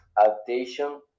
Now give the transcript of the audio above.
adaptation